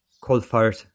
coal-fired